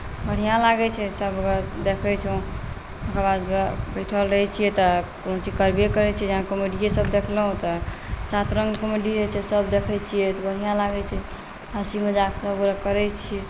बढ़िआँ लागैत छै सभ अगर देखैत छी ओकरा बाद बैठल रहै छियै तऽ कोनो चीज करबे करैत छियै तऽ जेना कॉमेडिए देखलहुँ सात रङ्गके कॉमेडी दैत छै सभ देखैत छियै तऽ बढ़िआँ लागैत छै हँसी मजाकसभ करैत छी